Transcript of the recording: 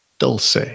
Dulce